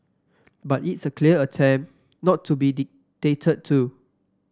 but it's a clear attempt not to be dictated to